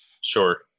sure